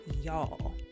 y'all